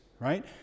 Right